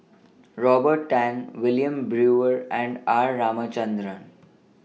Robert Tan Wilmin Brewer and R Ramachandran